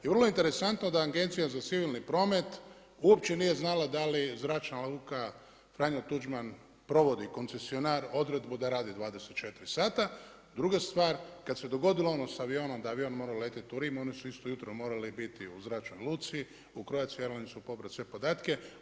I vrlo interesantno da Agencija za civilni promet uopće nije znala da li zračna luka Franjo Tuđman provodi koncesionar odredbu da radi 24h. Druga stvar kada se dogodilo ono sa avionom da avion mora letjeti u Rim oni su isto jutro morali biti u zračnoj luci, u Croatia Airlinesu pobrati sve podatke.